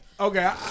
Okay